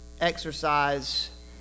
exercise